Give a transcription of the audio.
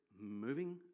moving